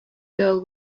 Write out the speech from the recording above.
girl